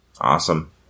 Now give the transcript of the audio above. Awesome